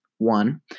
one